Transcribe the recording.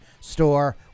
store